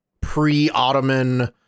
pre-Ottoman